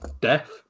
Death